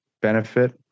benefit